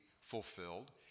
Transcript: fulfilled